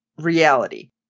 reality